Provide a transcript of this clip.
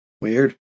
Weird